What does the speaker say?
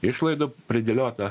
išlaidų pridėliota